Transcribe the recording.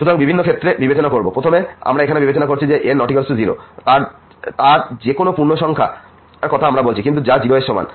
সুতরাং আমরা বিভিন্ন ক্ষেত্রে বিবেচনা করব প্রথমে আমরা এখানে বিবেচনা করছি যে যদি n ≠ 0 হয় তার যে কোন পূর্ণসংখ্যা আমরা কথা বলছি কিন্তু যা 0 এর সমান নয়